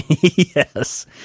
Yes